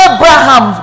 Abraham